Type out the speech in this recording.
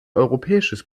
europäisches